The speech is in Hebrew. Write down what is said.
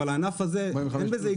אבל בענף הזה זה לא נכון.